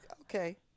okay